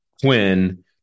Quinn